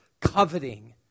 coveting